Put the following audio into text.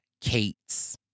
Kate's